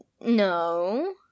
No